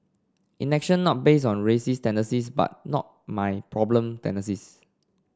inaction not based on racist tendencies but not my problem tendencies